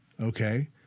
Okay